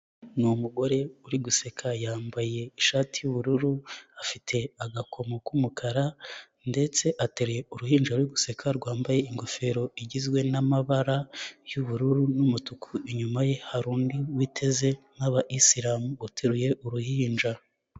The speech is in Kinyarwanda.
Ni umugore uri guseka yambaye ishati y'ubururu, afite agakomo k'umukara ndetse ateruye uruhinja ruri guseka rwambaye ingofero igizwe n'amabara y'ubururu n'umutuku, inyuma ye hari undi witeze nk'abayisilamu ateruye uruhinja.